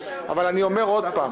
אבל אני אומר עוד פעם,